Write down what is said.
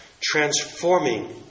transforming